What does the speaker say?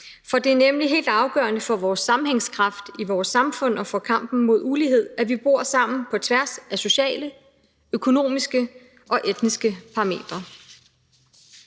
her. Det er nemlig helt afgørende for sammenhængskraften i vores samfund og for kampen mod ulighed, at vi bor sammen på tværs af sociale, økonomiske og etniske skel.